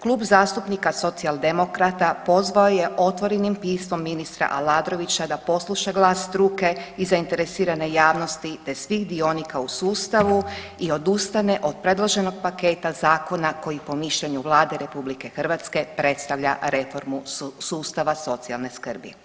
Klub zastupnika Socijaldemokrata pozvao je otvorenim pismom ministra Aladrovića da posluša glas struke i zainteresirane javnosti, te svih dionika u sustavu i odustane od predloženog paketa zakona koji po mišljenju Vlade RH predstavlja reformu sustava socijalne skrbi.